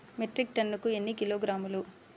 Metric టన్నుకు ఎన్ని కిలోగ్రాములు?